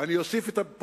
הקרן הקיימת לישראל.